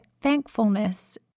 thankfulness